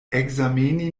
ekzameni